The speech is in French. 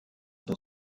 dans